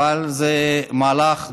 אבל זה מהלך דו-סטרי.